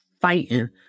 fighting